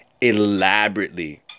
elaborately